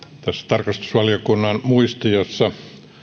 tarkastusvaliokunnan muistiossa